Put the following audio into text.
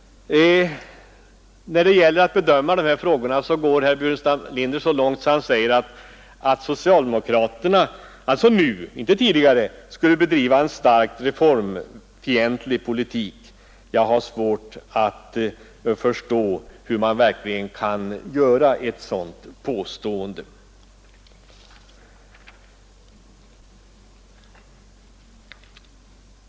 När det gäller att bedöma dessa frågor går herr Burenstam Linder så långt att han säger att socialdemokraterna nu — inte tidigare — skulle bedriva en starkt reformfientlig politik. Jag har svårt att förstå hur man verkligen kan göra ett sådant påstående.